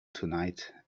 tonight